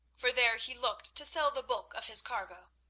for there he looked to sell the bulk of his cargo.